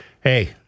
hey